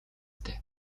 дээ